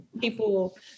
people